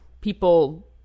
people